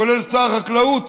כולל שר החקלאות,